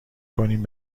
کنیم